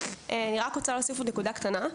אני רק רוצה להוסיף עוד נקודה קטנה,